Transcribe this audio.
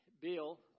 Bill